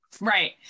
right